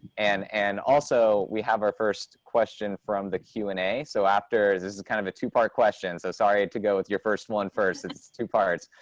and and also we have our first question from the q and a. so after this is kind of a two part question. so sorry to go with your first one first, it's two parts,